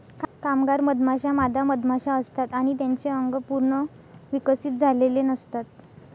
कामगार मधमाश्या मादा मधमाशा असतात आणि त्यांचे अंग पूर्ण विकसित झालेले नसतात